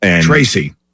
Tracy